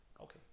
okay